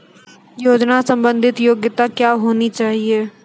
योजना संबंधित योग्यता क्या होनी चाहिए?